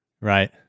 Right